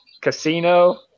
casino